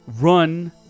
run